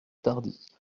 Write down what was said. tardy